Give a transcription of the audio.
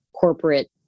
corporate